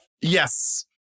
Yes